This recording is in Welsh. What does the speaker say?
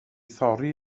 thorri